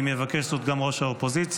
אם יבקש זאת גם ראש האופוזיציה,